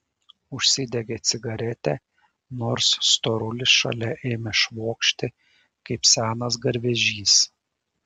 užsidegė cigaretę nors storulis šalia ėmė švokšti kaip senas garvežys